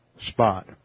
spot